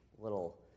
little